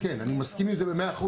(11) בסעיף 42